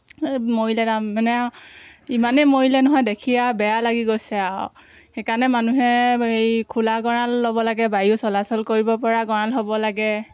এই মৰিলে তাৰমানে আৰু ইমানেই মৰিলে নহয় দেখি আৰু বেয়া লাগি গৈছে আৰু সেইকাৰণে মানুহে এই খোলা গঁড়াল ল'ব লাগে বায়ু চলাচল কৰিবপৰা গঁড়াল হ'ব লাগে